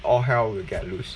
all hell will get loose